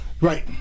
right